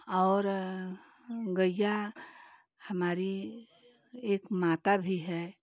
और गाय हमारी एक माता भी है